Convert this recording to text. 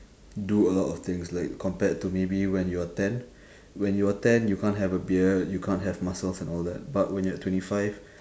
do a lot of things like compared to maybe when you are ten when you are ten you can't have a beard you can't have muscles and all that but when you are twenty five